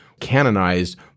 canonized